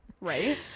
Right